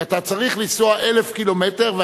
כי אתה צריך לנסוע 1,000 קילומטר,